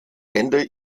ende